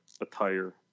attire